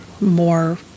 more